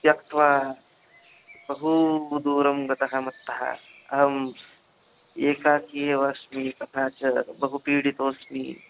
त्यक्त्वा बहुदूरं गतानि मत्तः अहम् एकाकी एव अस्मि तथा च बहु पीडितोऽस्मि